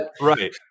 Right